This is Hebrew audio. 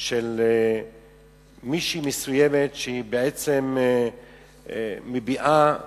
של מישהי מסוימת, שבעצם מביעה מחאה,